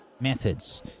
methods